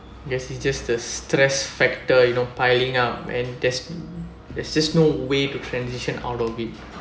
it's just the stress factor you know piling up and there's there's just no way to transition out of it